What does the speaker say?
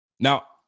Now